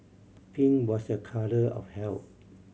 pink was a colour of health